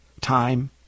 time